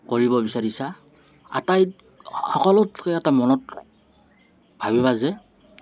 কৰিব বিচাৰিছা আটাইত সকলোতকৈ এটা মনত ভাবিবা যে